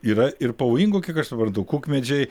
yra ir pavojingų kiek aš suprantu kukmedžiai